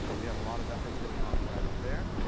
ah we have a lot of efforts going on right over there.